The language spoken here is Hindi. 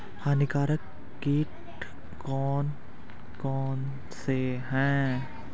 हानिकारक कीट कौन कौन से हैं?